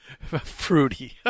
Fruity